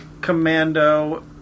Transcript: commando